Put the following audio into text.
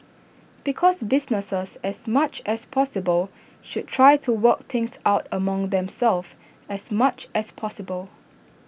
because businesses as much as possible should try to work things out among themselves as much as possible